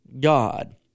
God